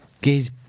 Giz